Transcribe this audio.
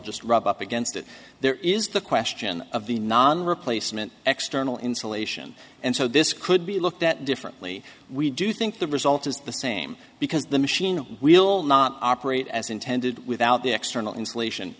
just rub up against it there is the question of the non replacement external insulation and so this could be looked at differently we do think the result is the same because the machine we'll not operate as intended without the external installation